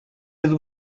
there